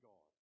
God